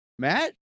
Matt